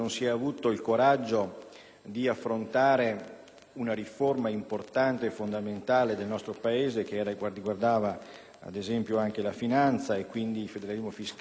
una riforma importante e fondamentale del nostro Paese che riguardava, ad esempio, anche la finanza: si tratta del federalismo fiscale che, finalmente, sotto pressione,